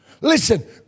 Listen